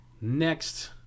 Next